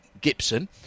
Gibson